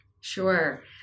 Sure